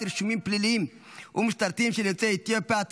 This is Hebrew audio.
רישומים פליליים ומשטרתיים של יוצאי אתיופיה,